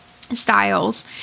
styles